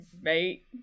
mate